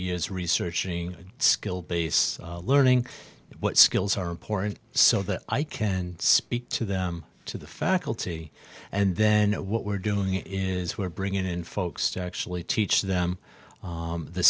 years researching skill base learning what skills are important so that i can speak to them to the faculty and then what we're doing is we're bringing in folks to actually teach them